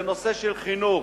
זה נושא של חינוך,